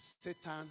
Satan